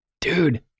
dude